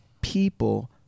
people